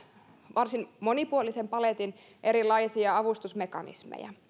varsin monipuolisen paletin erilaisia avustusmekanismeja